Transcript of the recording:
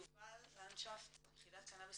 יובל לנדשפט, יחידת קנאביס